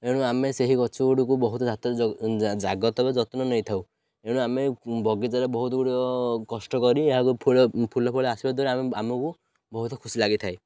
ଏଣୁ ଆମେ ସେହି ଗଛ ଗୁଡ଼ିକୁ ବହୁତ ଜାତ ଜାଗତ ବା ଯତ୍ନ ନେଇଥାଉ ଏଣୁ ଆମେ ବଗିଚାରେ ବହୁତ ଗୁଡ଼ିଅ କଷ୍ଟ କରି ଏହାକୁ ଫୁଳ ଫୁଲ ଫଳ ଆସିବା ଦ୍ୱାରା ଆମ ଆମକୁ ବହୁତ ଖୁସି ଲାଗିଥାଏ